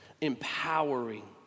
empowering